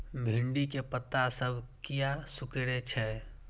भिंडी के पत्ता सब किया सुकूरे छे?